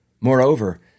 Moreover